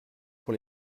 pour